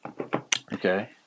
Okay